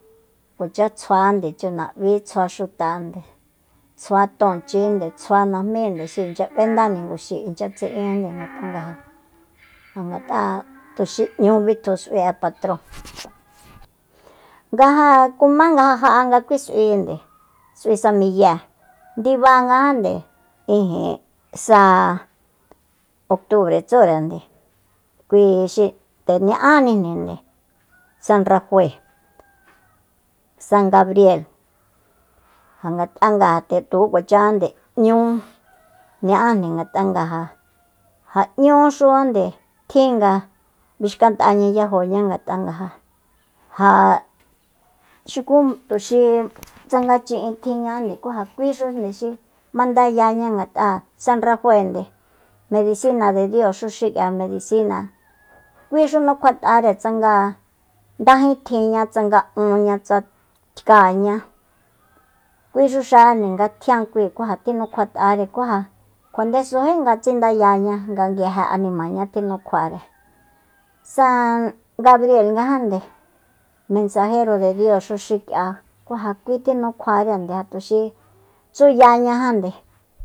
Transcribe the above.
Kuacha tsjuande chunab'í tsjua xutande tsjua tonchinde tsjua najmí xi ichya b'endá niguxi inchya tsi'inde ngat'anga ja ngat'a tuxi n'ñu bitjutu s'ui'e patron nga ja kuma nga ja ja'anga kui s'uinde s'ui sa miyée ndibangajande ijin sa octubre tsúre kui xi nde ña'ánijni san rafae san gabrie ja ngat'a ja tuku kuachajande n'ñú ña'ánde ngat'a nga ja n'ñúxujande tjin ga bixkant'aña yajóña ngat'a nga ja- ja xuku tuxi tsanga chi'in tjinñajande ku ja kui xu xinde mandayaña ngat'a sa rafaende medisina de dioxú xi'ande medisina kuixu nukjuat'are tsanga ndajítjinña tsanga unña tsanga tkáañá kuixu xajande nga tjian kui ku ja tjinukjuat'are ku ja kjua ndesújí nga tsindayaña nga nguije animañá tinukjuare san gabrielngajande mensajero de dioxu xi'kia ku ja kui tjinukjuarende ja tuxi tsuyañajande